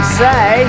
say